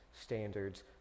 standards